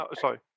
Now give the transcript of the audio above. sorry